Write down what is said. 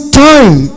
time